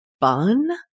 bun